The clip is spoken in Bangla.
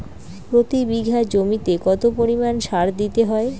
প্রতি বিঘা জমিতে কত পরিমাণ সার দিতে হয়?